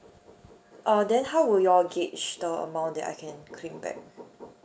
uh then how will you all gauge the amount that I can claim back